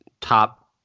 top